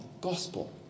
gospel